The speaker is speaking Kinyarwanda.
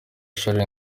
charles